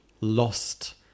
lost